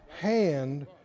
hand